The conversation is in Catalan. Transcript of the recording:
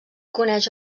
coneix